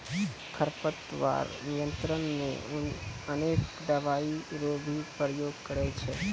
खरपतवार नियंत्रण मे अनेक दवाई रो भी प्रयोग करे छै